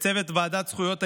לצוות ועדת זכויות הילד,